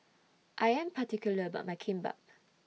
I Am particular about My Kimbap